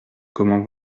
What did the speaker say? comment